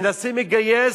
מנסים לגייס,